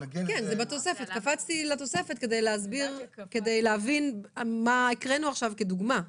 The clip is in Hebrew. קפצתי לתוספת כדי להבין מה הקראנו עכשיו כדוגמה.